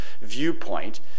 viewpoint